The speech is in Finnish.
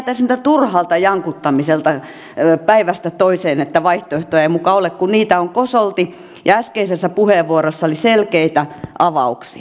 sitten jäätäisiin tältä turhalta jankuttamiselta päivästä toiseen että vaihtoehtoja ei muka ole kun niitä on kosolti ja äskeisessä puheenvuorossa oli selkeitä avauksia